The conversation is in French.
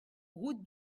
route